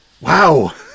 Wow